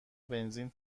بنزین